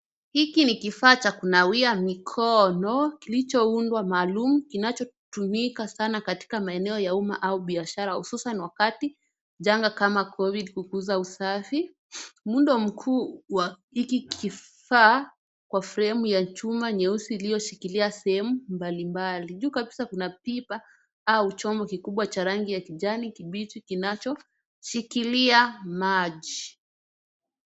Hiki ni kifaa cha kunawia mkono kilicho uundwa maalum kinacho tumika sana katika maeneo ya umma au biashara hususuna wakati changaa kama Covid ukuza usafi. Muundo mkubwa wa hiki kifaa kwa fremu wa chuma nyeusi ilioshikilia sehemu mbali mbali. Juu kabisa kuna pipa au chombo kikubwa cha rangi ya kijani kibichi kinacho shikilia maji.